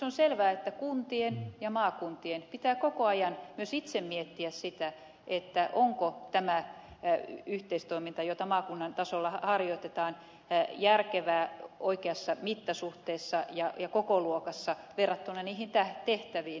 on selvä että kuntien ja maakuntien pitää koko ajan myös itse miettiä sitä onko tämä yhteistoiminta jota maakunnan tasolla harjoitetaan järkevää oikeassa mittasuhteessa ja kokoluokassa verrattuna niihin tehtäviin